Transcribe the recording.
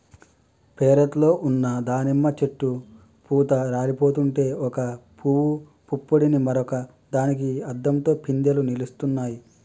పెరట్లో ఉన్న దానిమ్మ చెట్టు పూత రాలిపోతుంటే ఒక పూవు పుప్పొడిని మరొక దానికి అద్దంతో పిందెలు నిలుస్తున్నాయి